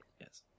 Yes